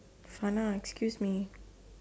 sana excuse me